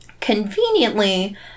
Conveniently